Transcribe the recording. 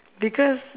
because